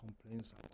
complains